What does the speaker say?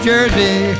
Jersey